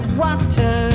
water